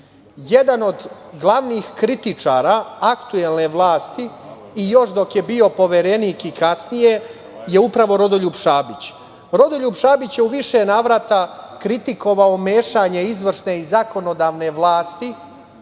od glavnih kritičara, aktuelne vlasti i još dok je bio poverenik i kasnije je upravo Rodoljub Šabić. Rodoljub Šabić je u više navrata kritikovao mešanje izvršne i zakonodavne vlasti,